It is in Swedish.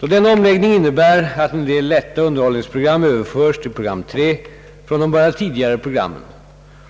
Då denna omläggning innebär att en del lätta underhållningsprogram överförs till program 3 från de båda tidigare programmen,